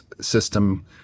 system